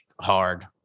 hard